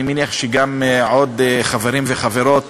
אני מניח שגם עוד חברים וחברות